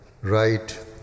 right